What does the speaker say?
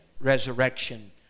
resurrection